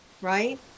right